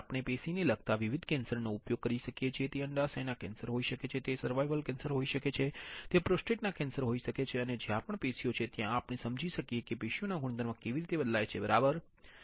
આપણે પેશીને લગતા વિવિધ કેન્સર નો ઉપયોગ કરી શકીએ છીએ તે અંડાશયના કેન્સર હોઈ શકે છે તે સર્વાઇકલ કેન્સર હોઈ શકે છે તે પ્રોસ્ટેટ કેન્સર હોઈ શકે છે અને જ્યાં પણ પેશીઓ છે ત્યાં આપણે સમજી શકીએ છીએ કે પેશીના ગુણધર્મો કેવી રીતે બદલાય છે બરાબર છે